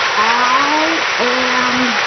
i am